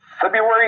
February